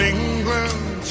England